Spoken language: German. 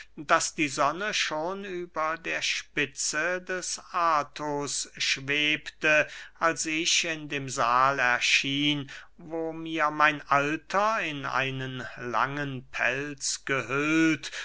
daß die sonne schon über der spitze des athos schwebte als ich in dem sahl erschien wo mir mein alter in einen langen pelz gehüllt